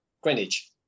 Greenwich